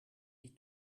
die